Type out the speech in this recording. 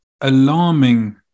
alarming